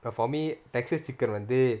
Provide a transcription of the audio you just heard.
but for me Texas Chicken வந்து:vanthu